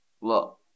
Look